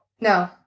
no